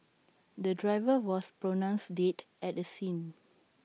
the driver was pronounced dead at the scene